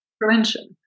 prevention